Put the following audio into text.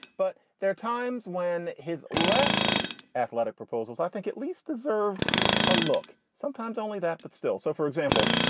but there are times when his less athletic proposals, i think at least deserve a look sometimes only that, but still. so, for example,